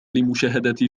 لمشاهدة